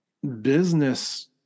business